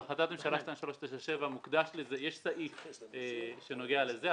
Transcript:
בהחלטת הממשלה 2397 יש סעיף שנוגע לזה,